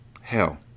Hell